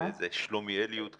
איזו שלומיאליות כזאת.